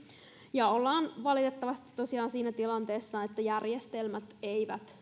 ja ollaan valitettavasti tosiaan siinä tilanteessa että järjestelmät eivät